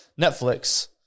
Netflix